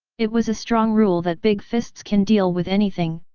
it was a strong rule that big fists can deal with anything,